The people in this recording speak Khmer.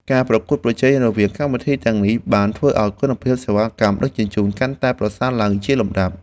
ការប្រកួតប្រជែងរវាងកម្មវិធីទាំងនេះបានធ្វើឱ្យគុណភាពសេវាកម្មដឹកជញ្ជូនកាន់តែប្រសើរឡើងជាលំដាប់។